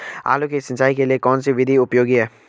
आलू की सिंचाई के लिए कौन सी विधि उपयोगी है?